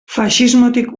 faxismotik